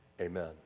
Amen